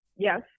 Yes